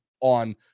on